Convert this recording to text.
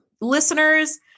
listeners